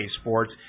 Sports